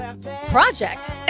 project